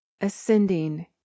ascending